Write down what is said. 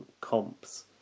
comps